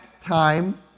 time